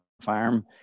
farm